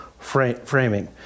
framing